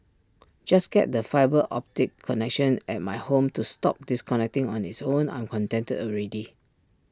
just get the fibre optic connection at my home to stop disconnecting on its own I'm contented already